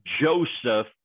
Joseph